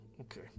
Okay